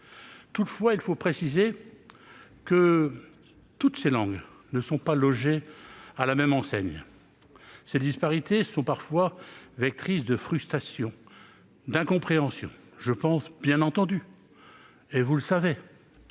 Toutefois, il faut préciser que toutes ces langues ne sont pas logées à la même enseigne. Ces disparités sont parfois vectrices de frustrations et d'incompréhension. Je pense, bien entendu et vous le savez,